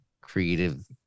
creative